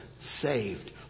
saved